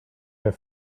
her